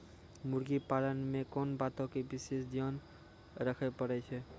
मुर्गी पालन मे कोंन बातो के विशेष ध्यान रखे पड़ै छै?